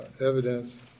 evidence